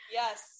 yes